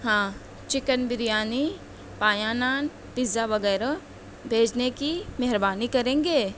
ہاں چکن بریانی پایا نان پیزا وغیرہ بھیجنے کی مہربانی کریں گے